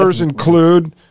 include